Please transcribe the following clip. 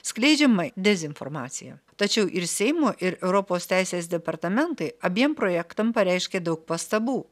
skleidžiamai dezinformacija tačiau ir seimo ir europos teisės departamentai abiem projektams pareiškė daug pastabų